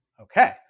Okay